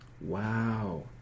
Wow